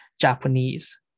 japanese